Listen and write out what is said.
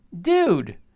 dude